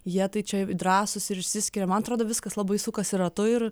jie tai čia drąsūs ir išsiskiria man atrodo viskas labai sukasi ratu ir